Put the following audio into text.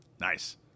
Nice